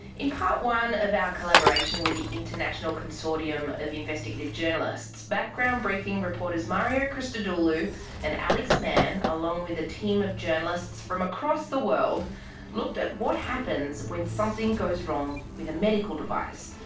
in part one of our collaboration with the international consortium of investigative journalists, background briefing reporters mario christodoulou and alex mann, along with a team of journalists from across the world looked at what happens when something goes wrong with a medical device.